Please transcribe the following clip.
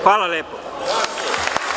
Hvala lepo.